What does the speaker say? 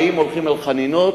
האם הולכים על חנינות,